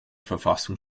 verfassung